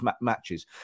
matches